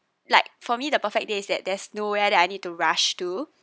like for me the perfect day is that there's nowhere that I need to rush to